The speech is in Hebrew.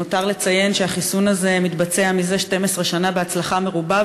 מיותר לציין שהחיסון הזה מתבצע זה 12 שנה בהצלחה מרובה,